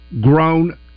grown